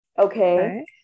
Okay